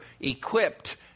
equipped